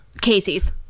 Casey's